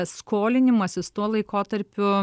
skolinimasis tuo laikotarpiu